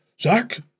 Zach